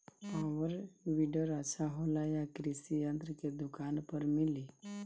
Power weeder अच्छा होला यह कृषि यंत्र के दुकान पर मिली?